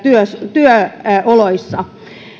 työoloissa